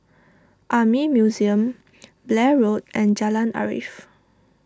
Army Museum Blair Road and Jalan Arif